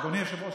אדוני היושב-ראש,